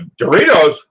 Doritos